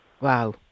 Wow